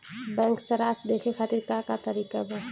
Bank सराश देखे खातिर का का तरीका बा?